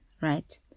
right